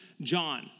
John